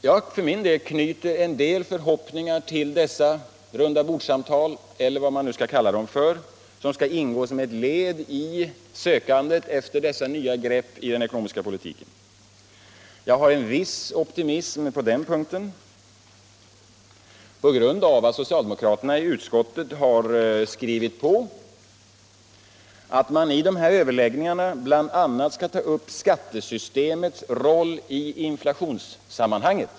Jag knyter en del förhoppningar till dessa rundabordssamtal, eller vad man skall kalla dem, som skall ingå som ett led i sökandet efter dessa nya grepp i den ekonomiska politiken. Jag har en viss optimism på den punkten därför att socialdemokraterna i utskottet har skrivit på att man i de här överläggningarna bl.a. skall ta upp skattesystemets roll i inflationssammanhanget.